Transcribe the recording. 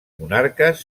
monarques